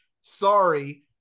sorry